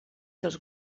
dels